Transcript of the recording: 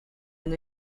and